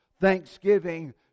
thanksgiving